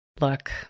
Look